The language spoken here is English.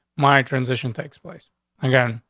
my transition takes place again.